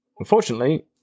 unfortunately